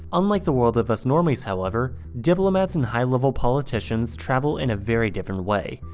unlike the world of us normies however, diplomats and high-level politicians travel in a very different way,